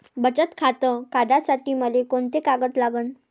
बचत खातं काढासाठी मले कोंते कागद लागन?